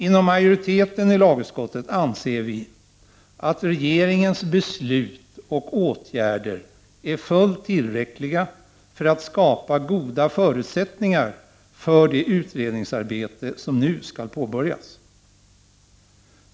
Inom majoriteten i lagutskottet anser vi att regeringens beslut och åtgärder är fullt tillräckliga för att skapa goda förutsättningar för det utredningsarbete som nu skall påbörjas.